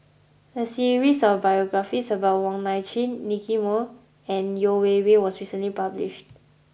a series of biographies about Wong Nai Chin Nicky Moey and Yeo Wei Wei was recently published